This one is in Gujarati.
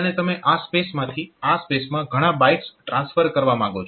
અને તમે આ સ્પેસમાંથી આ સ્પેસમાં ઘણા બાઇટ્સ ટ્રાન્સફર કરવા માંગો છો